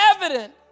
evident